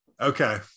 Okay